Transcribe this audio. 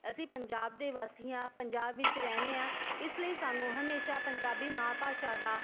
ਅਸੀਂ ਪੰਜਾਬ ਦੇ ਵਾਸੀ ਹਾਂ ਪੰਜਾਬ ਵਿੱਚ ਰਹਿੰਦੇ ਹਾਂ ਇਸ ਲਈ ਸਾਨੂੰ ਹਮੇਸ਼ਾ ਪੰਜਾਬੀ ਮਾਂ ਭਾਸ਼ਾ ਦਾ